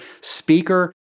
speaker